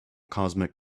cosmic